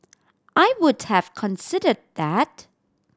I would have considered that